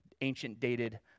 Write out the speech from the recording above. ancient-dated